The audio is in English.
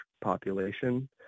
population